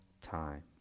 time